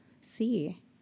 see